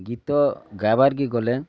ଗୀତ ଗାଇବାର୍ କେ ଗଲେ